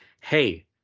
hey